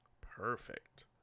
Perfect